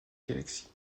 galaxie